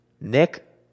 Nick